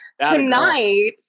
tonight